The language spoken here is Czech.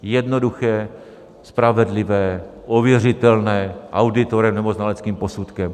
Jednoduché, spravedlivé, ověřitelné auditorem nebo znaleckým posudkem.